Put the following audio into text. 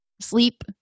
sleep